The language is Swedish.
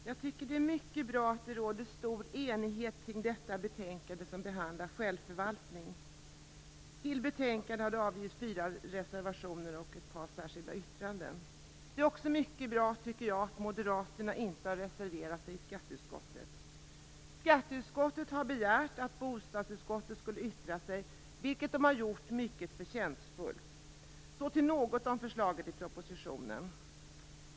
Fru talman! Det är mycket bra att det råder stor enighet om det betänkande som behandlar självförvaltning. Till betänkandet har det lämnats fyra reservationer och ett par särskilda yttranden. Det är också mycket bra att moderaterna inte har reserverat sig i skatteutskottet. Skatteutskottet begärde att bostadsutskottet skulle yttra sig, vilket de gjorde på ett mycket förtjänstfullt sätt. Jag skall säga något om förslagen i propositionen.